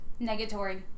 Negatory